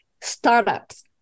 startups